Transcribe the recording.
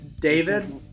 David